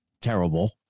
terrible